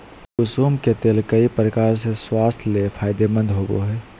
कुसुम के तेल कई प्रकार से स्वास्थ्य ले फायदेमंद होबो हइ